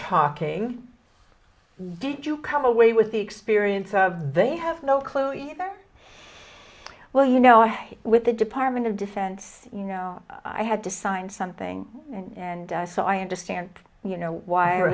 talking did you come away with the experience of they have no clue either well you know with the department of defense you know i had to sign something and so i understand you know why